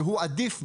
שהוא עדיף,